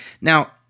Now –